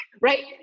Right